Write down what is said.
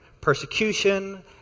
persecution